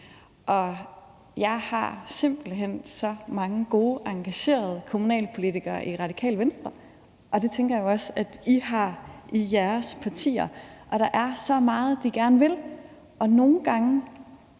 Vi har simpelt hen så mange gode og engagerede kommunalpolitikere i Radikale Venstre, og det tænker jeg også, I har i jeres partier. Der er så meget, de gerne vil.